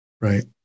right